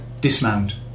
Dismount